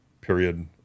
period